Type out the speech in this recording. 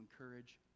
encourage